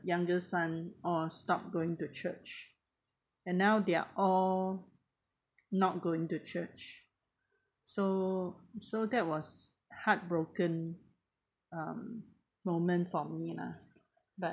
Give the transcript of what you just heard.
younger son all stopped going to church and now they're all not going to church so so that was heartbroken um moment for me lah but